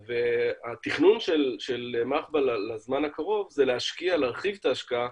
התכנון של מחב"א לזמן הקרוב זה להרחיב את ההשקעה